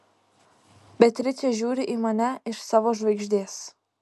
beatričė žiūri į mane iš savo žvaigždės